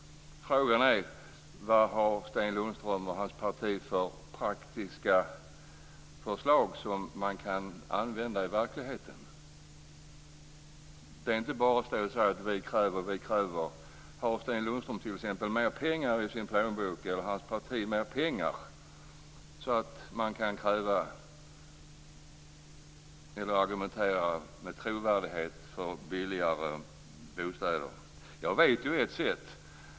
Frågan är vad Sten Lundström och hans parti har för praktiska förslag som kan tillämpas i verkligheten. Det är inte bara att stå och säga: Vi kräver, vi kräver. Har Sten Lundström och hans parti t.ex. mer pengar så att de med trovärdighet kan argumentera för billigare bostäder? Jag vet ett sätt.